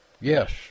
Yes